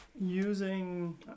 using